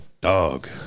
dog